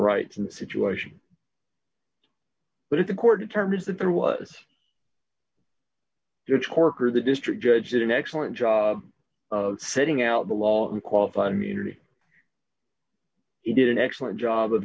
rights in the situation but if the court determines that there was the torker the district judge did an excellent job of setting out the law and qualified immunity he did an excellent job of